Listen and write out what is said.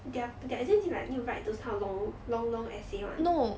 their their exam is it like need to write those kind of long long long essay [one]